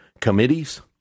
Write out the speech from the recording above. committees